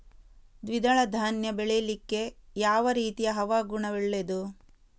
ದ್ವಿದಳ ಧಾನ್ಯ ಬೆಳೀಲಿಕ್ಕೆ ಯಾವ ರೀತಿಯ ಹವಾಗುಣ ಒಳ್ಳೆದು?